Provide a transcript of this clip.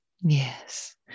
Yes